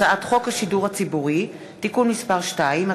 הצעת חוק השידור הציבורי (תיקון מס' 2),